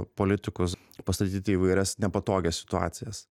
politikus pastatyti įvairias nepatogias situacijas